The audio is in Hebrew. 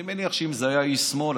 אני מניח שאם זה היה איש שמאל,